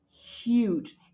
huge